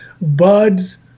Bud's